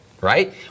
right